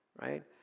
right